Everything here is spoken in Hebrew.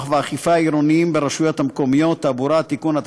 והאכיפה העירוניים ברשויות המקומיות (תעבורה) (תיקון),